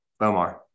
Bomar